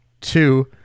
Two